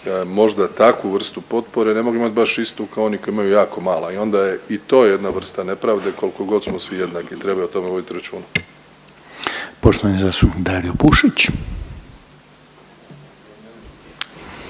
možda takvu vrstu potpore ne mogu imat baš istu kao oni koji imaju jako mala i onda je i to jedna vrsta nepravde kolko god smo svi jednaki, treba i o tome voditi računa. **Reiner, Željko